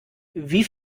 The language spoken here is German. wie